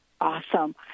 Awesome